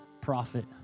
prophet